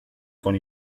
con